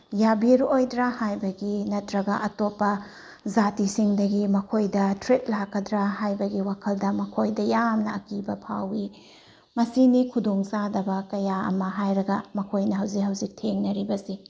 ꯌꯥꯕꯤꯔꯛꯑꯣꯏꯗ꯭ꯔꯥ ꯍꯥꯏꯕꯒꯤ ꯅꯠꯇ꯭ꯔꯒ ꯑꯇꯣꯞꯄ ꯖꯥꯇꯤꯁꯤꯡꯗꯒꯤ ꯃꯈꯣꯏꯗ ꯊ꯭ꯔꯦꯠ ꯂꯥꯛꯀꯗ꯭ꯔꯥ ꯍꯥꯏꯕꯒꯤ ꯋꯥꯈꯜꯗ ꯃꯈꯣꯏꯗ ꯌꯥꯝꯅ ꯑꯀꯤꯕ ꯐꯥꯎꯏ ꯃꯁꯤꯅꯤ ꯈꯨꯗꯣꯡ ꯆꯥꯗꯕ ꯀꯌꯥ ꯑꯃ ꯍꯥꯏꯔꯒ ꯃꯈꯣꯏꯅ ꯍꯧꯖꯤꯛ ꯍꯧꯖꯤꯛ ꯊꯦꯡꯅꯔꯤꯕꯁꯤ